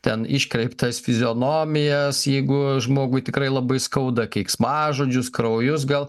ten iškreiptas fizionomijas jeigu žmogui tikrai labai skauda keiksmažodžius kraujus gal